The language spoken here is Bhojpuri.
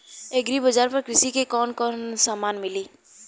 एग्री बाजार पर कृषि के कवन कवन समान मिली?